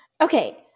Okay